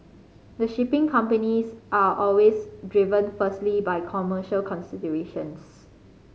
the shipping companies are always driven firstly by commercial considerations